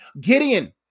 Gideon